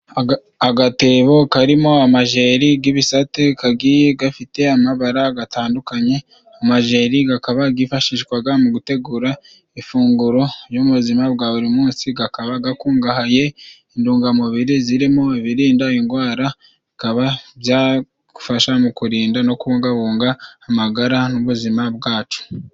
Agatebo karimo amajeri g'ibisate kagiye gafite amabara gatandukanye, amajeri gakaba gifashishwaga mu gutegura ifunguro ry'ubuzima bwa buri munsi. Kakaba gakungahaye intungamubiri zirimo birinda ingwara bikaba byagufasha mu kurinda no kubungabunga amagara n'ubuzima bwacu.